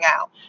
out